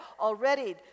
already